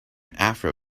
afro